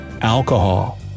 Alcohol